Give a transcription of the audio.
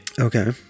okay